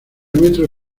metro